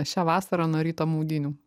šią vasarą nuo ryto maudynių